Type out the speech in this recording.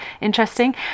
interesting